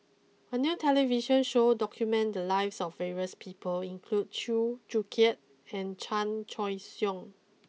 a new television show documented the lives of various people include Chew Joo Chiat and Chan Choy Siong